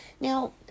Now